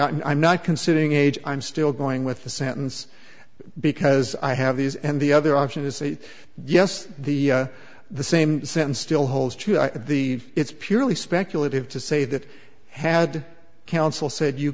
out and i'm not considering age i'm still going with the sentence because i have these and the other option is a yes the the same sentence still holds the it's purely speculative to say that had counsel said you